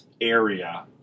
area